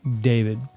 David